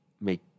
make